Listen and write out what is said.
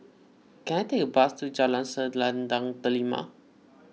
can I take a bus to Jalan Selendang Delima